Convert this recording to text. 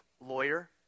lawyer